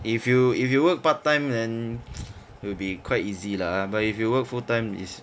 if you if you work part time then will be quite easy lah !huh! but if you work full time is